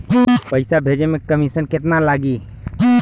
पैसा भेजे में कमिशन केतना लागि?